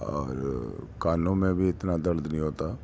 اور کانوں میں بھی اتنا درد نہیں ہوتا